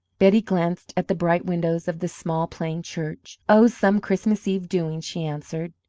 betty glanced at the bright windows of the small plain church. oh, some christmas-eve doings, she answered.